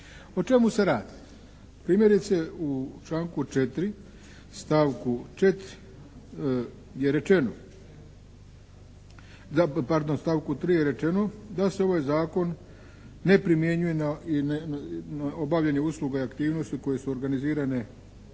O čemu se radi? Primjerice, u članku 4. stavku 4. je rečeno, pardon stavku 3. je rečeno da se ovaj zakon ne primjenjuje na obavljanje usluga i aktivnosti koje su organizirane